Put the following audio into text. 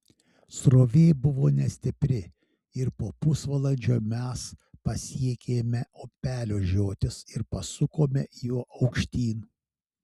srovė buvo nestipri ir po pusvalandžio mes pasiekėme upelio žiotis ir pasukome juo aukštyn